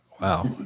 Wow